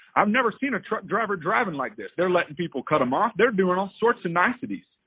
i've never seen a truck driver driving like this. they're letting people cut em off. they're doing all sorts of niceties,